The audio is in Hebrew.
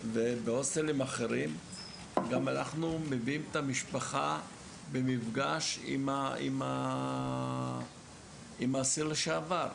ובהוסטלים אחרים אנחנו גם מביאים את המשפחה למפגש עם האסיר לשעבר.